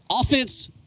offense